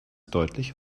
deutlich